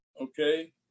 Okay